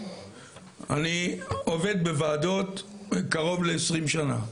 אני עובד בוועדות קרוב ל- 20 שנה,